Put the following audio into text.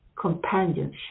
companionship